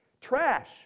Trash